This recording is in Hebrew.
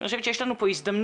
אני חושבת שיש לנו פה הזדמנות,